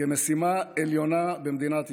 כמשימה עליונה במדינת ישראל.